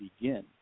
begin